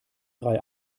drei